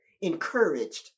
Encouraged